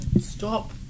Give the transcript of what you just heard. Stop